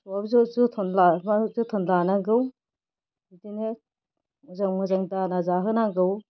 जोथोन लानांगौ बिदिनो जों मोजां दाना जाहोनांगौ